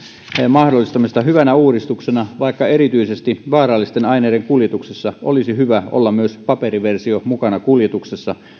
mahdollistamista hyvänä uudistuksena vaikka erityisesti vaarallisten aineiden kuljetuksessa olisi hyvä olla myös paperiversio mukana kuljetuksessa